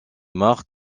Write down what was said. marc